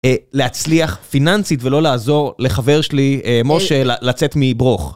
להצליח פיננסית ולא לעזור לחבר שלי, משה, לצאת מברוך.